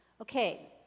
Okay